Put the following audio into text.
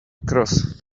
across